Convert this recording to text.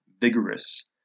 vigorous